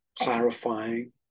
clarifying